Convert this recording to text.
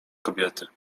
kobiety